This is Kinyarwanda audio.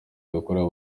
dukorere